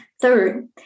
Third